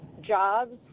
jobs